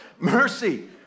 Mercy